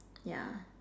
yeah